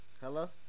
Hello